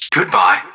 Goodbye